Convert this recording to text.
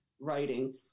writing